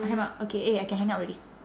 hang up okay eh I can hang up already